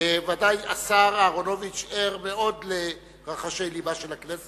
ודאי השר אהרונוביץ ער מאוד לרחשי לבה של הכנסת,